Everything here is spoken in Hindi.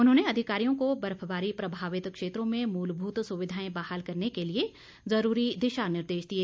उन्होंने अधिकारियों को बर्फबारी प्रभावित क्षेत्रों में मूलभूत सुविधाएं बहाल करने के लिए जुरूरी दिशा निर्देश दिए